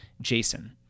Jason